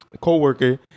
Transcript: coworker